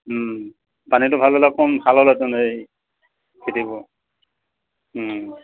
পানীটো ভাল হ'লে অকণমান ভাল হ'লহেঁতেন এই খেতিবোৰ